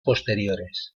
posteriores